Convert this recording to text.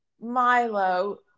Milo